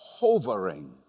Hovering